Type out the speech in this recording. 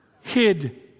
hid